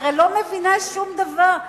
אני הרי לא מבינה שום דבר,